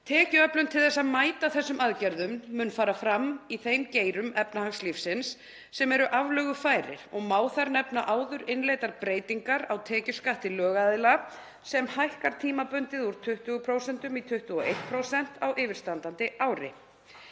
Tekjuöflun til þess að mæta þessum aðgerðum mun fara fram í þeim geirum efnahagslífsins sem eru aflögufærir og má þar nefna áður innleiddar breytingar á tekjuskatti lögaðila sem hækkar tímabundið úr 20% í 21% á yfirstandandi ári.